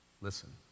Listen